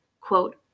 quote